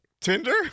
Tinder